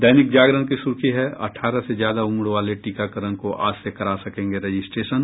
दैनिक जागरण की सुर्खी है अठारह से ज्यादा उम्र वाले टीकाकरण को आज से करा सकेंगे रजिस्ट्रेशन